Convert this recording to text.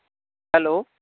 hello